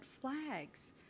flags